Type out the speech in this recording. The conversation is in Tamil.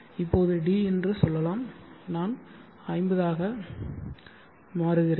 இப்போது d என்று சொல்லலாம் நான் 50 ஆக மாறுகிறேன்